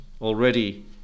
already